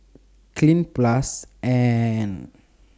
Cleanz Plus and